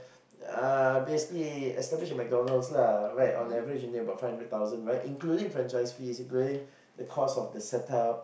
uh basically established a McDonald's lah right on average you need about five hundred thousand including franchise fees it's equivalent to the cost of the setup